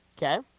Okay